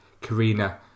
Karina